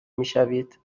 میشوید